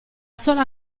sola